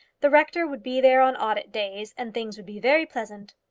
the rector would be there on audit days, and things would be very pleasant.